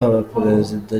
abaperezida